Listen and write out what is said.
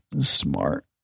smart